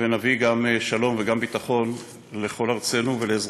ונביא גם שלום וגם ביטחון לכל ארצנו ולאזרחינו.